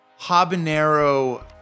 habanero